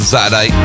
Saturday